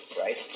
right